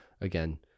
again